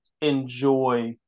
enjoy